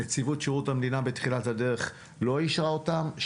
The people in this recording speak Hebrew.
נציבות שירות המדינה בתחילת הדרך לא אישרה אותם,